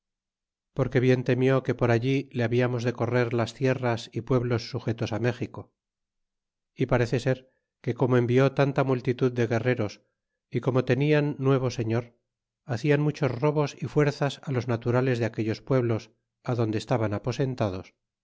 porque bien temió que por allí le hablamos de correr las tierras y pueblos sujetos á méxico y parece ser que como envió tanta multitud de guerreros y como tenian nuevo señor hacian muchos robos y fuerzas los naturales de aquellos pueblos adonde estaban aposentados y